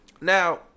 Now